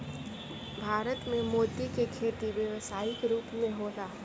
भारत में मोती के खेती व्यावसायिक रूप होला